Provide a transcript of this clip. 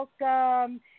welcome